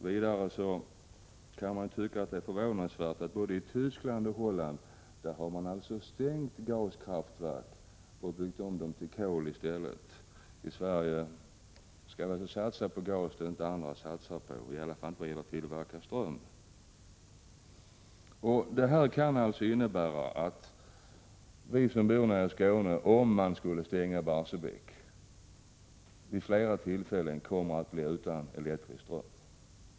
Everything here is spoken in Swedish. Vidare kan det tyckas förvånansvärt att man i både Västtyskland och Holland har stängt av gasverk och byggt om dem till kolverk i stället. I Sverige skall vi satsa på gas, någonting som andra inte satsar på, för att tillverka ström. Det kan innebära att vi som bor i Skåne, om Barsebäcksverket skulle stängas, vid flera tillfällen kommer att vara utan elektrisk ström.